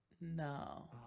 No